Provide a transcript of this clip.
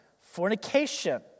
fornication